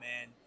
man